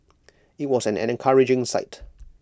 IT was an encouraging sight